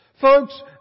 Folks